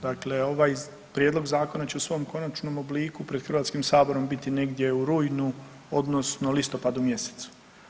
Dakle, ovaj Prijedlog zakona će u svom konačnom obliku pred Hrvatskim saborom biti negdje u rujnu odnosno listopadu mjesecu.